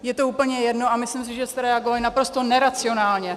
Je to úplně jedno a myslím, že jste reagovali naprosto neracionálně.